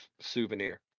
souvenir